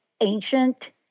ancient